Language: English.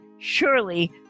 Surely